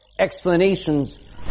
explanations